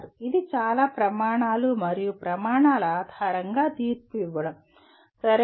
ఇది చాలా ప్రమాణాలు మరియు ప్రమాణాల ఆధారంగా తీర్పు ఇవ్వడం సరేనా